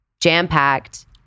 jam-packed